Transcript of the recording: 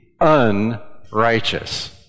unrighteous